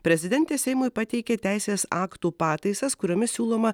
prezidentė seimui pateikė teisės aktų pataisas kuriomis siūloma